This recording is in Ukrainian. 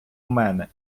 мене